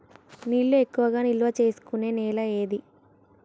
నీళ్లు ఎక్కువగా నిల్వ చేసుకునే నేల ఏది?